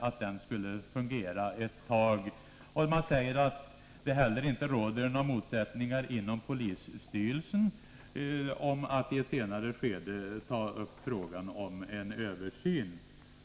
Det framhölls också att det inte heller inom rikspolisstyrelsen råder några delade meningar om att det kan vara lämpligt att i ett senare skede ta upp frågan om en översyn.